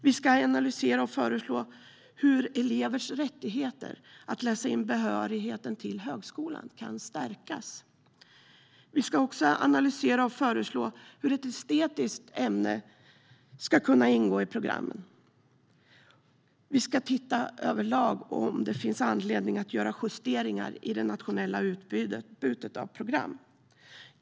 Vi ska analysera och föreslå hur elevers rättighet att läsa in behörigheten till högskolan kan stärkas. Vi ska också analysera och föreslå hur ett estetiskt ämne ska kunna ingå i programmen. Vi ska överlag titta på om det finns anledning att göra justeringar i det nationella utbudet av program.